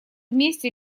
вместе